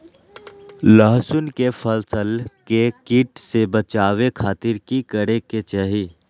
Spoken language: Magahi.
लहसुन के फसल के कीट से बचावे खातिर की करे के चाही?